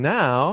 now